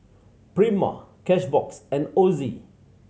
Prima Cashbox and Ozi